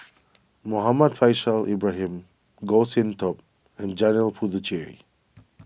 Muhammad Faishal Ibrahim Goh Sin Tub and Janil Puthucheary